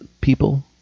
people